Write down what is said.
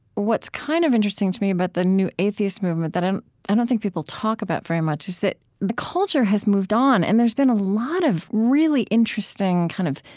what's kind of interesting to me about the new atheist movement, and i don't think people talk about very much, is that the culture has moved on, and there's been a lot of really interesting, kind of,